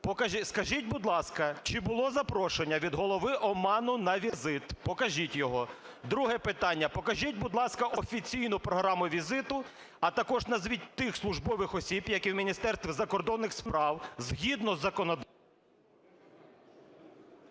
Скажіть, будь ласка, чи було запрошення від голови Оману на візит, покажіть його? Друге питання. Покажіть, будь ласка, офіційну програму візиту, а також назвіть тих службових осіб, які в Міністерстві закордонних справ, згідно…